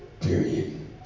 period